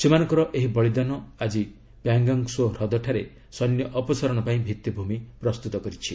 ସେମାନଙ୍କର ଏହି ବଳିଦାନ ଆଜି ପ୍ୟାଙ୍ଗଙ୍ଗ ସୋ ହ୍ରଦଠାରେ ସୈନ୍ୟ ଅପସାରଣ ପାଇଁ ଭିତ୍ତିଭୂମି ପ୍ରସ୍ତୁତ କରିଛି